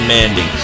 Mandy